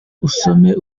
usome